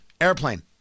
airplane